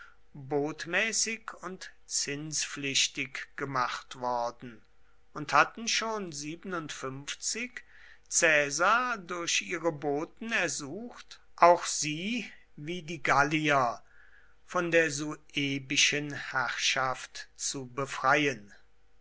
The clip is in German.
botmäßig und zinspflichtig gemacht worden und hatten schon caesar durch ihre boten ersucht auch sie wie die gallier von der suebischen herrschaft zu befreien